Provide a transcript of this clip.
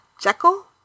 Jekyll